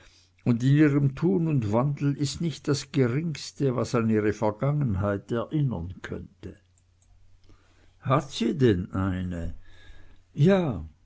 und in ihrem tun und wandel ist nicht das geringste was an ihre vergangenheit erinnern könnte hat sie denn eine ja